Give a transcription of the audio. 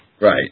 Right